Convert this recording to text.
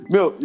Meu